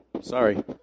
Sorry